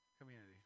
community